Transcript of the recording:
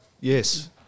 yes